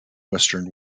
western